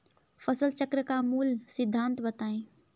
फसल चक्र का मूल सिद्धांत बताएँ?